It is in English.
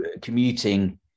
commuting